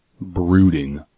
brooding